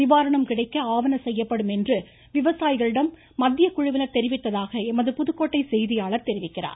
நிவாரணம் கிடைக்க ஆவனம் செய்யப்படும் விவசாயிகளிடம் என்று மத்தியக்குழுவினர் தெரிவித்ததாக எமது புதுக்கோட்டை செய்தியாளர் தெரிவிக்கிறார்